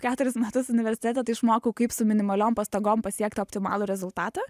keturis metus universitete tai išmokau kaip su minimaliom pastangom pasiekt optimalų rezultatą